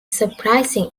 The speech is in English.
surprising